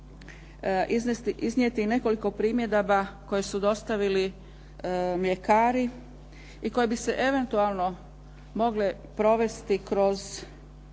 iznijeti nekoliko primjedaba koje su dostavili mljekari i koje bi se eventualno mogle provesti kroz